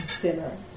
dinner